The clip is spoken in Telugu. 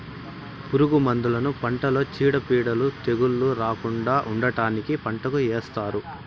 పురుగు మందులను పంటలో చీడపీడలు, తెగుళ్ళు రాకుండా ఉండటానికి పంటకు ఏస్తారు